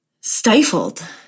stifled